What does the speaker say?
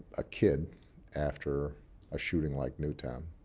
a kid after a shooting like newtown